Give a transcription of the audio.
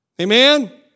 Amen